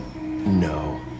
No